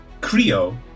Creo